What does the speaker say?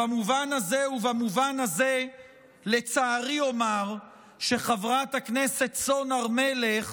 במובן הזה לצערי אומר שחברת הכנסת סון הר מלך